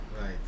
right